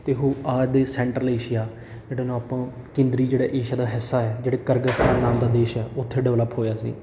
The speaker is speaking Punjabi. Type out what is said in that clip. ਅਤੇ ਹੁਣ ਆਦੇ ਸੈਂਟਰਲ ਏਸ਼ੀਆ ਨੂੰ ਆਪਾਂ ਕੇਂਦਰੀ ਜਿਹੜਾ ਏਸ਼ੀਆ ਦਾ ਹਿੱਸਾ ਆ ਜਿਹੜੇ ਕਰਗਸਤਾਨ ਨਾਮ ਦਾ ਦੇਸ਼ ਹੈ ਉੱਥੇ ਡਿਵੈਲਪ ਹੋਇਆ ਸੀ